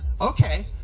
Okay